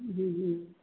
હમ હમ